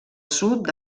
sud